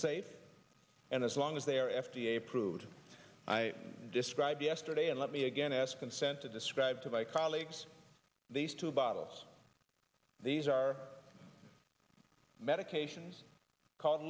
safe and as long as they are f d a approved i described yesterday and let me again ask consent to describe to my colleagues these two bottles these are medications called